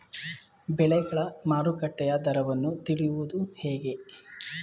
ಬೆಳೆಗಳ ಮಾರುಕಟ್ಟೆಯ ದರವನ್ನು ತಿಳಿಯುವುದು ಹೇಗೆ?